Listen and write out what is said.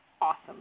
awesome